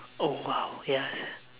oh !wow! yes